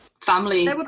family